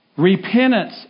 Repentance